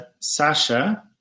Sasha